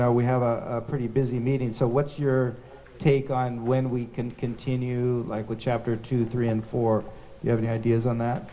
know we have a pretty busy meeting so what's your take on when we can continue like with chapter two three and four you have any ideas on that